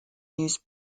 news